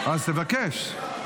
אז תבקש.